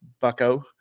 bucko